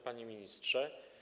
Panie Ministrze!